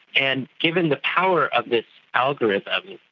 and given the power of this algorithm,